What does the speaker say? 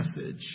message